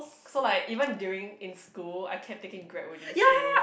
so like even during in school I kept taking Grab within school